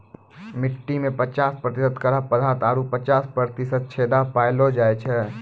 मट्टी में पचास प्रतिशत कड़ा पदार्थ आरु पचास प्रतिशत छेदा पायलो जाय छै